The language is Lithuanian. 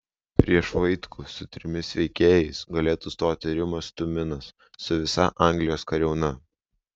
prieš vaitkų su trimis veikėjais galėtų stoti rimas tuminas su visa anglijos kariauna